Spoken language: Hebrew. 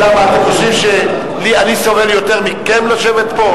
למה, אתם חושבים שאני סובל יותר מכם לשבת פה?